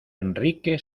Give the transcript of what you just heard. enrique